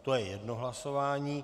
To je jedno hlasování.